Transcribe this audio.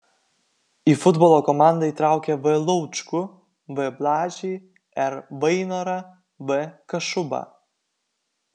į futbolo komandą įtraukė v laučkų v blažį r vainorą v kašubą